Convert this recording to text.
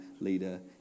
leader